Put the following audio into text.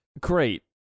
Great